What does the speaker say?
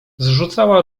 zrzucała